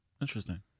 Interesting